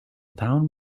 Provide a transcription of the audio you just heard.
town